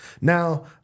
Now